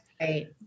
Right